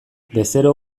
bezero